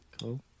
cool